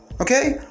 Okay